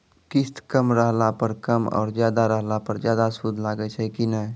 किस्त कम रहला पर कम और ज्यादा रहला पर ज्यादा सूद लागै छै कि नैय?